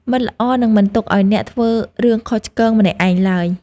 មិត្តល្អនឹងមិនទុកឱ្យអ្នកធ្វើរឿងខុសឆ្គងម្នាក់ឯងឡើយ។